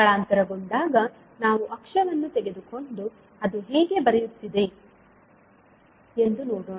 ಸ್ಥಳಾಂತರಗೊಂಡಾಗ ನಾವು ಅಕ್ಷವನ್ನು ತೆಗೆದುಕೊಂಡು ಅದು ಹೇಗೆ ಬೆರೆಯುತ್ತಿದೆ ಎಂದು ನೋಡೋಣ